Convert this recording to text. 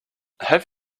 have